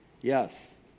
Yes